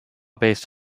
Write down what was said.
based